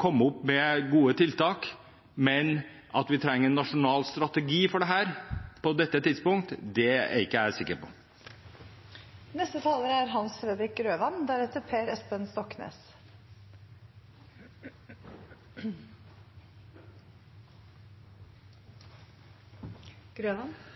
komme opp med gode tiltak. Men at vi trenger en nasjonal strategi for dette på dette tidspunkt, er ikke jeg sikker på. Det er